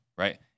right